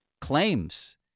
claims